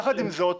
יחד עם זאת,